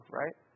right